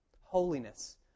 Holiness